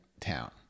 town